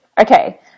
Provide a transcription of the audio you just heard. Okay